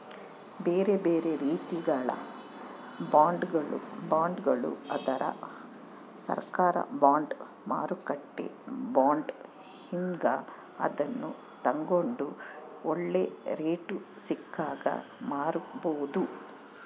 ಬೇರೆಬೇರೆ ರೀತಿಗ ಬಾಂಡ್ಗಳು ಅದವ, ಸರ್ಕಾರ ಬಾಂಡ್, ಮಾರುಕಟ್ಟೆ ಬಾಂಡ್ ಹೀಂಗ, ಅದನ್ನು ತಗಂಡು ಒಳ್ಳೆ ರೇಟು ಸಿಕ್ಕಾಗ ಮಾರಬೋದು